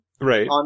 Right